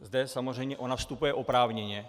Zde samozřejmě ona vstupuje oprávněně.